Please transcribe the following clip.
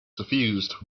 suffused